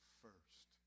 first